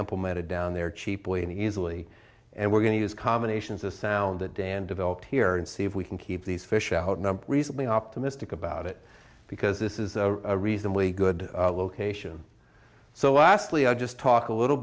implemented down there cheaply and easily and we're going to use combinations of sound that dan developed here and see if we can keep these fish out number recently optimistic about it because this is a reasonably good location so lastly i'll just talk a little